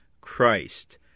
Christ